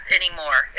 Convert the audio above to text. anymore